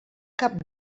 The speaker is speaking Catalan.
cap